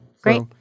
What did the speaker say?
Great